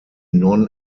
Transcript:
non